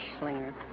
slinger